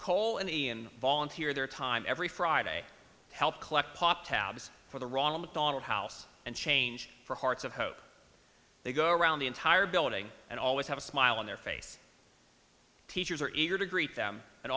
call any and volunteer their time every friday help collect pop tabs for the wrong mcdonald house and change for hearts of hope they go around the entire building and always have a smile on their face teachers are eager to greet them and